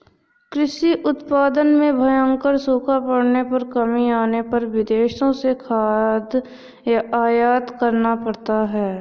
कृषि उत्पादन में भयंकर सूखा पड़ने पर कमी आने पर विदेशों से खाद्यान्न आयात करना पड़ता है